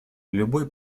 любой